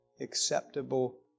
acceptable